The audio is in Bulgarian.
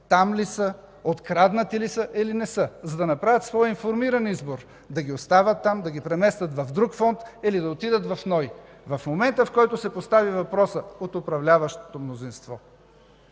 там ли са, откраднати ли са, или не са, за да направят своя информиран избор – да ги оставят там, да ги преместят в друг фонд или да отидат в НОИ. В момента, в който се постави въпросът от управляващото мнозинство,